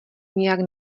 nijak